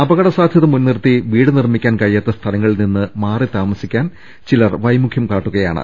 അപകട സാധൃത മുൻനിർത്തി വീട് നിർമ്മിക്കാൻ കഴിയാത്ത സ്ഥലങ്ങളിൽ നിന്ന് മാറി താമസിക്കാൻ ചിലർ വൈമുഖ്യം കാട്ടുക യാണ്